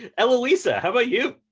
and eloisa, how about you?